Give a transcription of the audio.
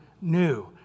new